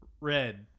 Red